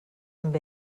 amb